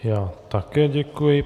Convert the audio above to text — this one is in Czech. Já také děkuji.